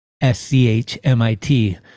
S-C-H-M-I-T